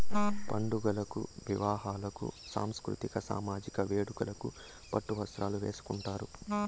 పండుగలకు వివాహాలకు సాంస్కృతిక సామజిక వేడుకలకు పట్టు వస్త్రాలు వేసుకుంటారు